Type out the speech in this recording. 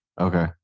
Okay